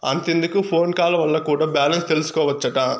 అంతెందుకు phone call వల్ల కూడా బాలెన్స్ తెల్సికోవచ్చట